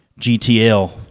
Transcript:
GTL